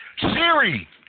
siri